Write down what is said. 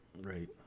right